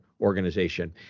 organization